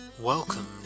Welcome